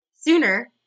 sooner